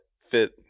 fit